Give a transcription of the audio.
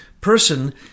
person